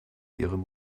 ihrem